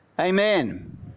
Amen